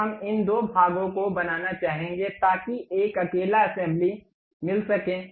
अब हम इन दो भागों को बनाना चाहेंगे ताकि एक अकेला असेंबली मिल सके